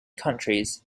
countries